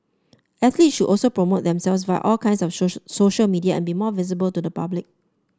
athletes should also promote themselves via all kinds of social social media and be more visible to the public